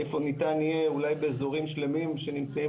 איפה ניתן יהיה אולי באזורים שלמים שנמצאים